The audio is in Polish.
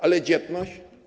Ale dzietność?